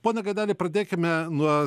pone gaideli pradėkime nuo